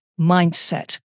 mindset